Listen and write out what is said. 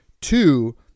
two